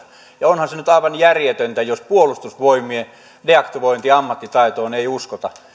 onhan se nyt aivan järjetöntä jos puolustusvoimien deaktivointiammattitaitoon ei uskota